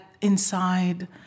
inside